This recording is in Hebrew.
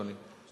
אדוני,